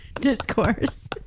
discourse